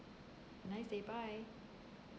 nice day bye